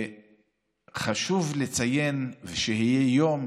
חשוב לציין יום